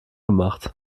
gemacht